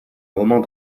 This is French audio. moment